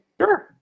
Sure